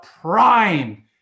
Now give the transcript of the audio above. prime